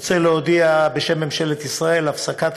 אני רוצה להודיע בשם ממשלת ישראל על הפסקת